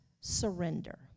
surrender